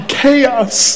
chaos